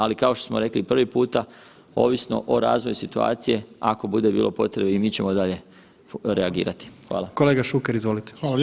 Ali kao što smo rekli prvi puta, ovisno o razvoju situacije ako bude bilo potrebe i mi ćemo dalje reagirati.